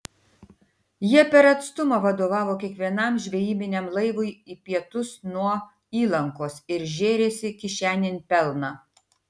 jie per atstumą vadovavo kiekvienam žvejybiniam laivui į pietus nuo įlankos ir žėrėsi kišenėn pelną